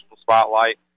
spotlight